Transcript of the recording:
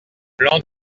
plans